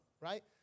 right